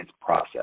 process